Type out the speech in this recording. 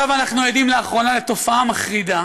עכשיו לאחרונה אנחנו עדים לתופעה מחרידה